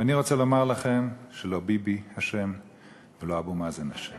ואני רוצה לומר לכם שלא ביבי אשם ולא אבו מאזן אשם.